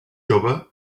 jove